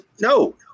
No